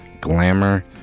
glamour